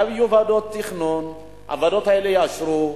יהיו ועדות תכנון, הוועדות האלה יאשרו,